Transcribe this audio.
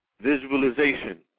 visualization